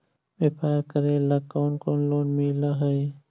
व्यापार करेला कौन कौन लोन मिल हइ?